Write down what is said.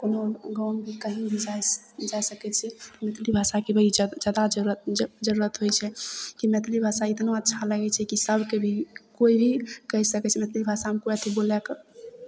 कोनो गाँवमे कहीँ भी जाय स् जाय सकै छी मैथिली भाषाके बेहिचक जादा जरूरत ज् जरूरत होइ छै कि मैथिली भाषा इतना अच्छा लगै छै कि सभके भी कोइ भी कहि सकै छै मैथिली भाषामे कोइके बोलयके